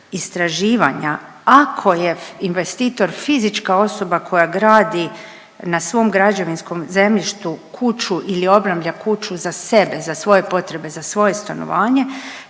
istraživanja, ako je investitor fizička osoba koja gradi na svom građevinskom zemljištu kuću ili obnavlja kuću za sebe, za svoje potrebe, za svoje stanovanje,